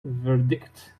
verdict